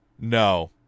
No